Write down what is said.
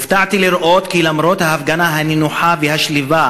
הופתעתי לראות כי למרות ההפגנה הנינוחה והשלווה